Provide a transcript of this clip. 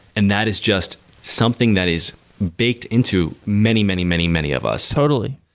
and that is just something that is baked into many, many, many, many of us totally.